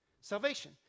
salvation